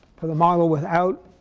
for the model without